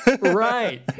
Right